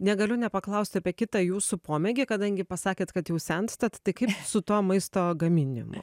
negaliu nepaklausti apie kitą jūsų pomėgį kadangi pasakėt kad jau senstat tai kaip su tuo maisto gaminime